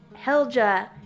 Helja